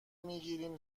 میگیریم